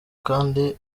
kandi